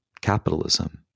capitalism